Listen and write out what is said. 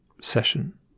session